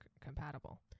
compatible